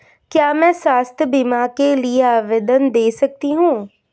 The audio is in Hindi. क्या मैं स्वास्थ्य बीमा के लिए आवेदन दे सकती हूँ?